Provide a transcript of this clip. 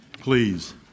please